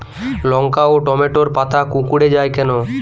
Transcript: লঙ্কা ও টমেটোর পাতা কুঁকড়ে য়ায় কেন?